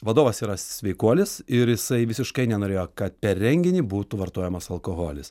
vadovas yra sveikuolis ir jisai visiškai nenorėjo kad per renginį būtų vartojamas alkoholis